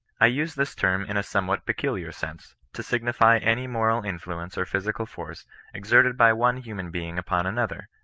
i use this term in a somewhat peculiar sense, to sig nify any moral influence or physical force exerted by one human being upon another,